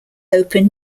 open